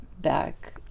back